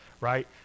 right